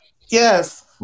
Yes